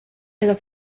edo